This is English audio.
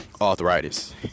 arthritis